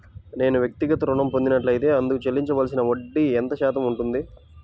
నేను వ్యక్తిగత ఋణం పొందినట్లైతే అందుకు చెల్లించవలసిన వడ్డీ ఎంత శాతం ఉంటుంది?